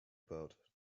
about